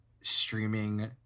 streaming